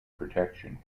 protection